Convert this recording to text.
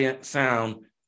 sound